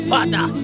Father